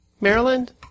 Maryland